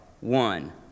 one